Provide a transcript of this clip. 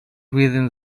within